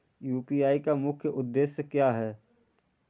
UPI का मुख्य उद्देश्य क्या है?